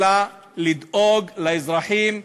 אלא לדאוג לאזרחים,